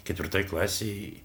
ketvirtoj klasėj